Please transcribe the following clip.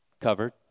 covered